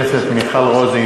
עליתי ללא הזמנה,